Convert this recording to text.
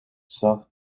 zat